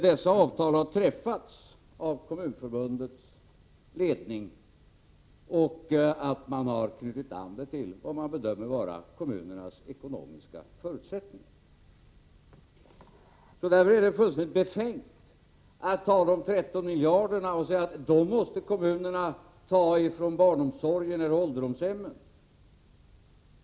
Dessa avtal har träffats av Kommunförbundets ledning och har knutits an till vad som bedöms vara kommunernas ekonomiska förutsättningar. Därför är det fullständigt befängt att tala om 13 miljarder och säga att kommunerna måste ta dem från barnomsorg eller ålderdomshem.